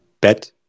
Bet